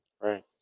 Right